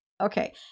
okay